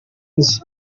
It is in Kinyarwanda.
nzi